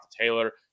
Taylor